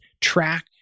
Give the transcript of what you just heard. track